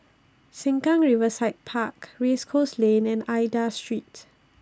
Sengkang Riverside Park Race Course Lane and Aida Street